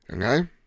okay